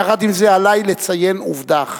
יחד עם זאת, עלי לציין עובדה אחת.